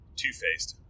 two-faced